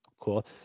cool